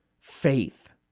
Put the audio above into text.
faith